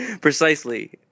Precisely